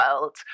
world